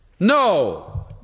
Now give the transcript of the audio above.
No